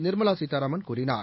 நிர்மலாசீதாராமன் கூறினார்